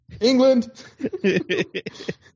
England